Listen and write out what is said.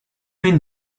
been